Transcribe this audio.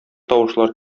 тавышлар